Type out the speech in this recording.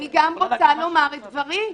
אני גם רוצה לומר את דברי.